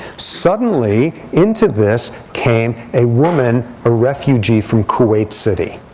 suddenly, into this came a woman, a refugee from kuwait city.